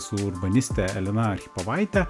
su urbanistine elena archipovaite